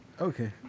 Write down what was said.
Okay